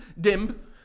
dim